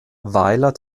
weiler